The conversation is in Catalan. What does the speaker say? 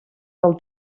del